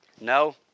No